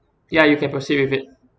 ya you can proceed with it